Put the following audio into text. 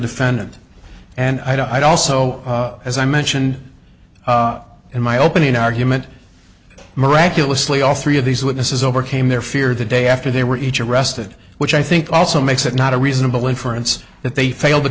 defendant and i'd also as i mentioned in my opening argument miraculously all three of these witnesses overcame their fear the day after they were each arrested which i think also makes it not a reasonable inference that they failed to